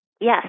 Yes